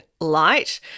light